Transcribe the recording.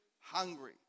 hungry